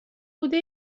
بوده